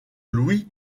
louis